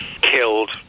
killed